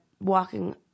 walking